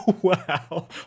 wow